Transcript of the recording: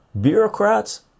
Bureaucrats